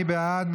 מי בעד?